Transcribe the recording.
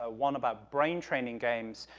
ah one about brain-training games,